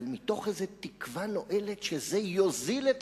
אבל מתוך איזה תקווה נואלת שזה יוזיל את